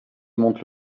monte